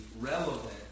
relevant